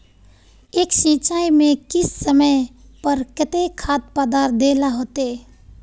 एक सिंचाई में किस समय पर केते खाद पदार्थ दे ला होते?